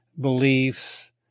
beliefs